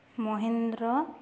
Mahindra